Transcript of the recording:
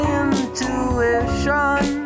intuition